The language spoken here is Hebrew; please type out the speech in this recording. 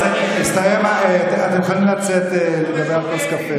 חבריי, אז אני, אתם יכולים לצאת לדבר על כוס קפה.